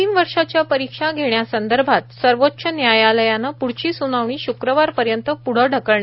अंतिम वर्षाच्या परीक्षा घेण्यासंदर्भात सर्वोच्च न्यायालयात प्ढची सूनावणी शुक्रवारपर्यंत प्रढे ढकलण्यात आली आहे